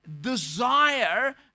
desire